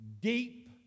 deep